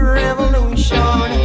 revolution